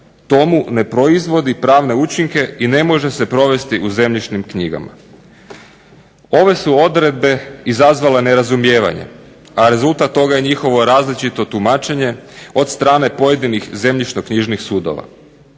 tomu ne proizvodi pravne učinke i ne može se provesti u zemljišnim knjigama. Ove su odredbe izazvale nerazumijevanje, a rezultat toga je njihovo različito tumačenje od strane pojedinih zemljišno-knjižnih sudova.